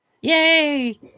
Yay